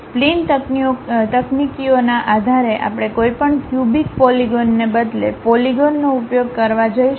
spline તકનીકીઓના આધારે આપણે કોઈપણ ક્યુબિક પોલીગોન ને બદલે પોલીગોનનો ઉપયોગ કરવા જઈશું